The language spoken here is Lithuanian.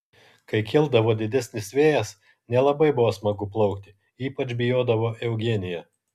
kai kildavo didesnis vėjas nelabai buvo smagu plaukti ypač bijodavo eugenija